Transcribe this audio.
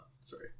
sorry